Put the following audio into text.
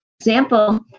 example